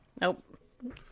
nope